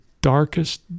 darkest